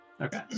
okay